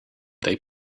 they